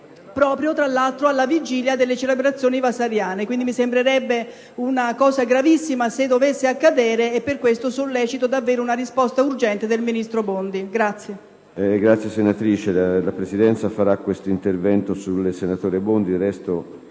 proprio alla vigilia delle celebrazioni vasariane. Mi sembrerebbe una cosa gravissima se dovesse accadere, e per questo sollecito una risposta urgente del ministro Bondi.